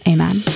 Amen